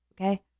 okay